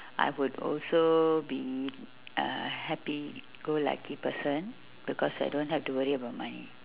I would also be a happy-go-lucky person because I don't have to worry about money